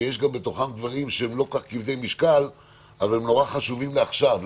ויש בתוכם גם דברים שהם לא כל כך כבדי משקל אבל הם חשובים לעכשיו.